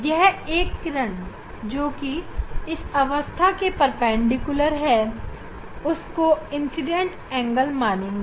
यह एक किरण जोकि इस अवस्था के परपेंडिकुलर है उसको इंसीडेंट एंगल मानेंगे